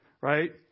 right